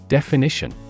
Definition